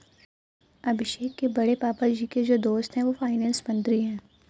अभिषेक के बड़े पापा जी के जो दोस्त है वो फाइनेंस मंत्री है